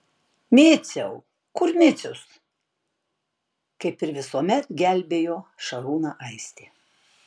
miciau kur micius kaip ir visuomet gelbėjo šarūną aistė